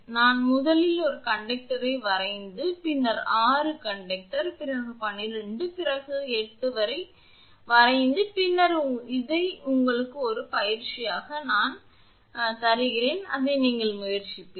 நீங்கள் முதலில் ஒரு கண்டக்டரை வரைந்து பின்னர் 6 கண்டக்டர் பிறகு 12 பிறகு 8 வரை வரைந்து பின்னர் இது உங்களுக்கு ஒரு உடற்பயிற்சி என்பதை அறிய முயற்சிப்பீர்கள்